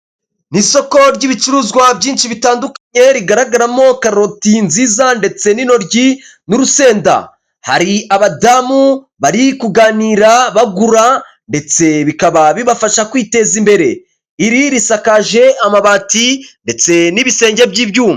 Ni isoko ry'ibicuruzwa byinshi bitandukanye rigaragaramo karoti nziza ndetse n'inoryi, n'urusenda, hari abadamu bari kuganira bagura ndetse bikaba bibafasha kwiteza imbere, iri risakaje amabati ndetse n'ibisenge by'ibyuma.